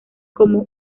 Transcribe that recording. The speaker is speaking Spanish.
como